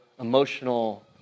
emotional